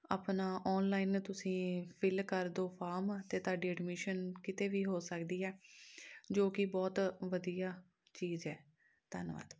ਆਪਣਾ ਔਨਲਾਈਨ ਤੁਸੀਂ ਫਿਲ ਕਰ ਦਿਉ ਫਾਮ ਅਤੇ ਤੁਹਾਡੀ ਐਡਮਿਸ਼ਨ ਕਿਤੇ ਵੀ ਹੋ ਸਕਦੀ ਹੈ ਜੋ ਕਿ ਬਹੁਤ ਵਧੀਆ ਚੀਜ਼ ਹੈ ਧੰਨਵਾਦ